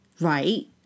Right